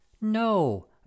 No